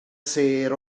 sêr